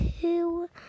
two